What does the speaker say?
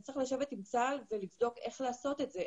נצטרך לשבת עם צה"ל ולבדוק איך לעשות את זה,